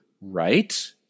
right